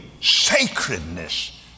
sacredness